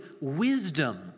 wisdom